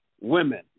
women